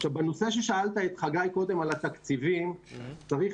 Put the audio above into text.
לגבי מה ששאלת את חגי קודם בנושא התקציבים צריך